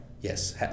Yes